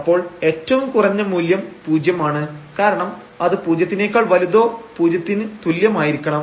അപ്പോൾ ഏറ്റവും കുറഞ്ഞ മൂല്യം 0 ആണ് കാരണം അത് പൂജ്യത്തിനേക്കാൾ വലുതോ പൂജ്യത്തിനു തുല്യമായിരിക്കണം